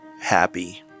happy